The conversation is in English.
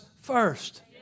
first